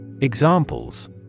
Examples